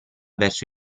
verso